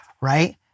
right